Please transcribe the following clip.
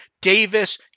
Davis